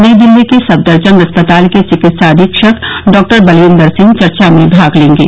नई दिल्ली के सफदरजंग अस्पताल के चिकित्सा अधीक्षक डॉक्टर बलविन्दर सिंह चर्चा में भाग लेंगे